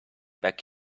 back